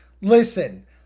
Listen